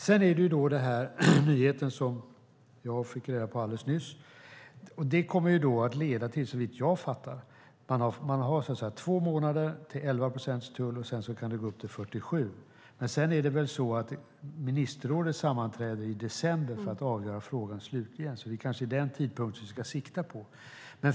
Sedan har vi nyheten som jag fick reda på alldeles nyss. Det kommer att leda till, såvitt jag förstår, att man har två månader med 11 procents tull, och sedan kan den gå upp till 47. Ministerrådet sammanträder i december för att slutligen avgöra frågan, så det är kanske den tidpunkten vi ska sikta på.